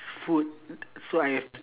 food so I have